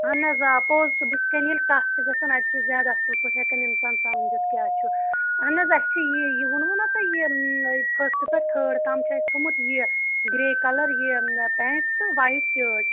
اہن حظ آ پوٚز چھُ بٕتھِ کَنہِ ییٚلہِ کَتھ چھِ گَژھان اَتہِ چھُ زیادٕ اصل پٲٹھۍ ہیکان اِنسان سَمجٕتھ کیاہ چھُ اہن حظ اَسہِ چھُ یہِ یہِ وونوُ نا تۄہہِ یہِ فٔسٹ پٮ۪ٹھِ تھٲڑ تام چھُ اَسہِ تھومُت یہِ گِرے کَلَر یہِ پٮ۪نٹ تہٕ وایِٹ کَلَر شٲٹ